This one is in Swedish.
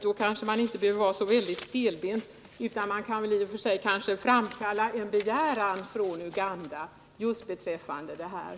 Då kanske man inte behöver vara så stelbent, utan kunde väl framkalla en begäran från Uganda om en sådan.